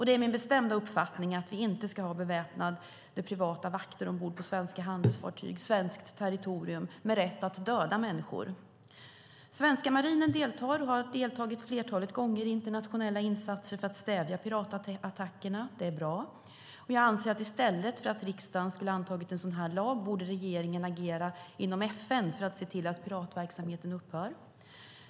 Det är min bestämda uppfattning att vi inte ska ha beväpnade privata vakter med rätt att döda människor ombord på svenska handelsfartyg på svenskt territorium. Svenska marinen deltar och har deltagit ett flertal gånger i internationella insatser för att stävja piratattackerna, vilket är bra. I stället för att riksdagen antar en sådan här lag borde regeringen agera inom FN för att se till att piratverksamheten upphör.